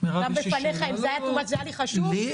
גם בפניך אם זה היה Too much, זה היה לי חשוב.